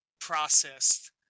processed